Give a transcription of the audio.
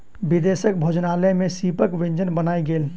विदेशक भोजनालय में सीपक व्यंजन बनायल गेल